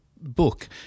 book